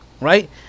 right